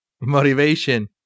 Motivation